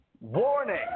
warning